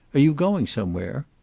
are you going somewhere?